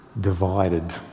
divided